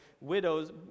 widows